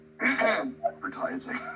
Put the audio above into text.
advertising